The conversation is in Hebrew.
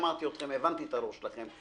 שמעתי אתכם, הבנתי את הראש שלכם.